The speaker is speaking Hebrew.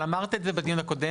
את אמרת את זה בדיון הקודם,